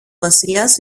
βασιλιάς